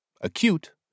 acute